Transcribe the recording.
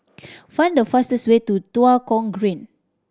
find the fastest way to Tua Kong Green